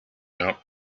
out